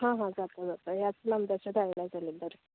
हां हां जाता जाता ह्याच नंबराचेर धाडल्यार जालें बरें